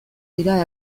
dira